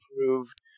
improved